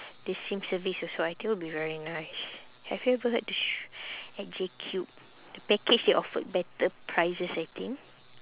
the same service also I think will be very nice have you ever heard the sh~ at Jcube package they offered better prices I think